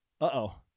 uh-oh